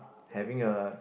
having a